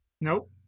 Nope